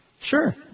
Sure